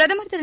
பிரதமர் திரு